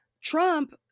Trump